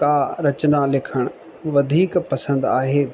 का रचना लिखणु वधीक पसंदि आहे